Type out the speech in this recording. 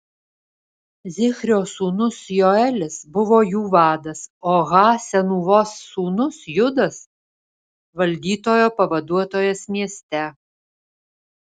zichrio sūnus joelis buvo jų vadas o ha senūvos sūnus judas valdytojo pavaduotojas mieste